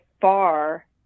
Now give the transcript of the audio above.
far